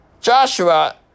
Joshua